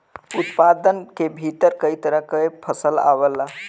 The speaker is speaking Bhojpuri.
उत्पादन के भीतर कई तरह के फसल आवला